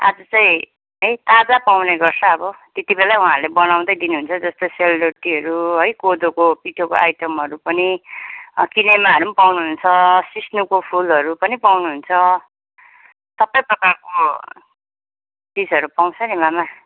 आज चाहिँ है ताजा पाउने गर्छ अब त्यति बेला नै वहाँहरूले बनाउँदै दिनुहुन्छ जस्तै सेलरोटीहरू है कोदोको पिठोको आइटमहरू पनि किनेमाहरू पनि पाउनुहुन्छ सिस्नुको फुलहरू पनि पाउनुहुन्छ सबै प्रकारको चिजहरू पाउँछ नि मामा